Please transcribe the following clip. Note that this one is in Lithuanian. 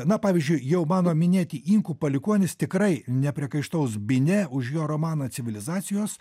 na pavyzdžiui jau mano minėti inkų palikuonys tikrai nepriekaištaus binė už jo romaną civilizacijos